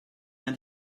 that